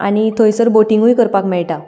आनी थंयसर बोटिंगूय करपाक मेळटा